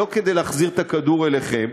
לא כדי להחזיר את הכדור אליכם,